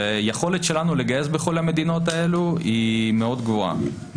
היכולת שלנו לגייס בכל המדינות האלה היא מאוד גבוהה,